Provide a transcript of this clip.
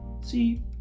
see